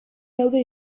daude